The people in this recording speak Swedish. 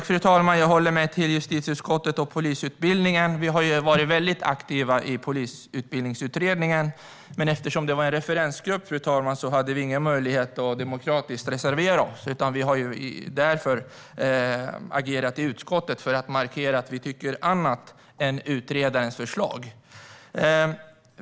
Fru talman! Jag håller mig till justitieutskottet och polisutbildningen. Vi har varit väldigt aktiva i Polisutbildningsutredningen, men eftersom det var en referensgrupp hade vi inga möjligheter att demokratiskt reservera oss. Därför har vi agerat i utskottet för att markera att vi tycker annorlunda än vad utredaren har lagt fram som förslag.